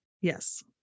Yes